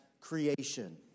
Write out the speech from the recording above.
creation